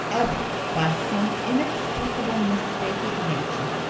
ever, by some inexplicable mistake of nature,